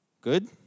Good